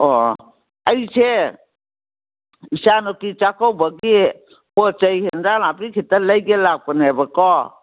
ꯑꯣ ꯑꯩꯁꯦ ꯏꯆꯥꯅꯨꯄꯤ ꯆꯥꯛꯀꯧꯕꯒꯤ ꯄꯣꯠ ꯆꯩ ꯑꯦꯟꯁꯥꯡ ꯅꯥꯄꯤ ꯈꯤꯇ ꯂꯩꯒꯦ ꯂꯥꯛꯄꯅꯦꯕꯀꯣ